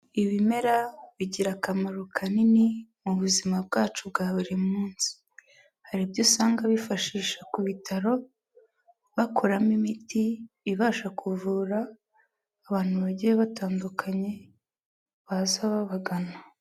Ibimera bigira akamaro kanini mu buzima bwacu bwa buri munsi, hari ibyo usanga bifashisha ku bitaro bakoramo imiti ibasha kuvura abantu bagiye batandukanye baza babagana.